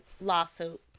lawsuit